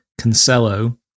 Cancelo